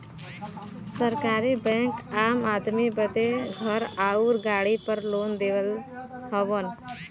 सरकारी बैंक आम आदमी बदे घर आउर गाड़ी पर लोन देवत हउवन